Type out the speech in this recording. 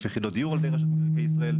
יחידות דיור על פי רשות מקרקעי ישראל,